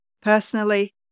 Personally